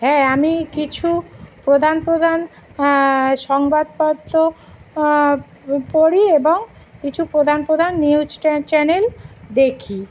হ্যাঁ আমি কিছু প্রধান প্রধান সংবাদপত্র পড়ি এবং কিছু প্রধান প্রধান নিউজ ট্যা চ্যানেল দেখি